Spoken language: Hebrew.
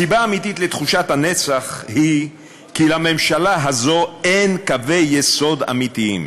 הסיבה האמיתית לתחושת הנצח היא כי לממשלה הזאת אין קווי יסוד אמיתיים.